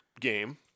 game